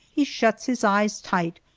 he shuts his eyes tight,